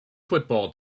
football